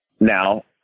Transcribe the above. Now